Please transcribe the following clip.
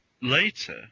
later